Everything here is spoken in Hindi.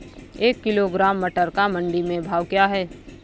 एक किलोग्राम टमाटर का मंडी में भाव क्या है?